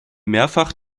mehrfach